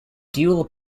dual